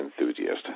enthusiast